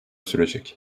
sürecek